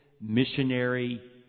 missionary